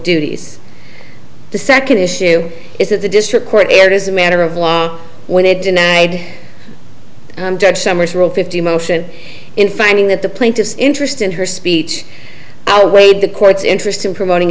duties the second issue is that the district court it is a matter of law when it denied judge summers rule fifty motion in finding that the plaintiff's interest in her speech outweighed the court's interest in promoting